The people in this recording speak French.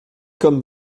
comme